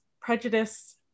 prejudice